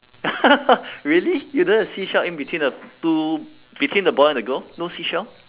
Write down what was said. really you don't have seashell in between the two between the boy and the girl no seashell